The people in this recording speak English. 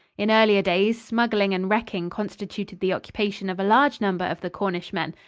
in earlier days, smuggling and wrecking constituted the occupation of a large number of the cornishmen,